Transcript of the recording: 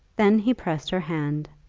then he pressed her hand,